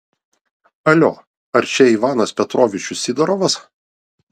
alio ar čia ivanas petrovičius sidorovas